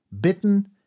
bitten